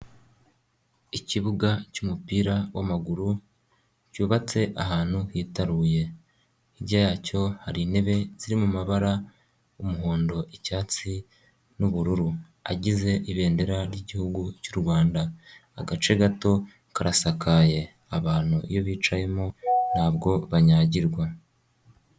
Ikibuga cy'umupira w'amaguru, cyubatse ahantu hitaruye, hirya yacyo hari intebe ziri mu mabara y'umuhondo icyatsi n'ubururu, agize ibendera ry'Igihugu cy'u Rwanda, agace gato karasakaye, abantu iyo bicayemo ntabwo banyagirwa.